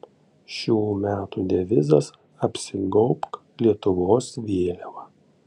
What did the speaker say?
šių metų devizas apsigaubk lietuvos vėliava